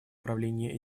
правления